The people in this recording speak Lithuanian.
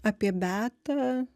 apie beatą